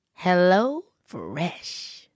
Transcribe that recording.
HelloFresh